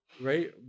Right